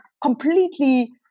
completely